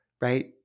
right